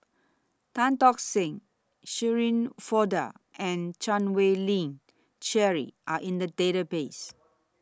Tan Tock Seng Shirin Fozdar and Chan Wei Ling Cheryl Are in The Database